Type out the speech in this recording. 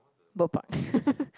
Bird Park